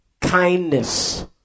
kindness